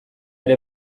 ere